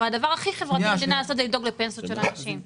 אבל הדבר הכי חברתי במדינה לעשות זה לדאוג לפנסיות של האנשים,